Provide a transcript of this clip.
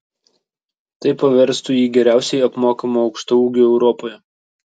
tai paverstų jį geriausiai apmokamu aukštaūgiu europoje